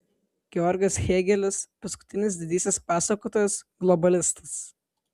georgas hėgelis paskutinis didysis pasakotojas globalistas